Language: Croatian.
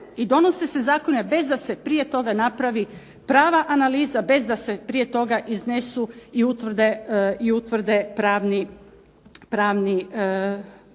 i donose se zakoni, a bez da se prije toga napravi prava analiza, bez da se prije toga iznesu i utvrde pravi podaci.